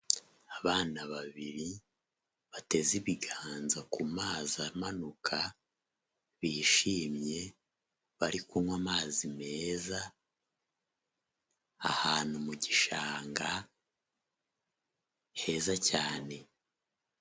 Abana babiri bateze ibiganza ku mazi amanuka bishimye bari kunywa amazi meza ahantu mu gishanga heza cyane.